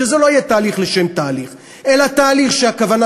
שזה לא יהיה תהליך לשם תהליך אלא תהליך שהכוונה